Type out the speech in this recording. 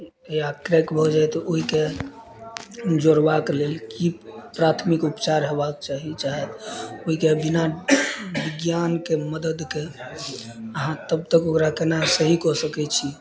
या क्रैक भऽ जाइत ओहिके जोड़बाक लेल की प्राथमिक उपचार हेबाक चाही चाहे ओहिके बिना विज्ञानके मददके अहाँ तबतक ओकरा केना सही कऽ सकैत छी